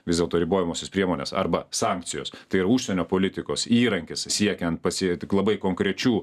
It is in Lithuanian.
vis dėlto ribojamosios priemonės arba sankcijos tai yra užsienio politikos įrankis siekiant pasiekti tik labai konkrečių